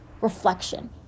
reflection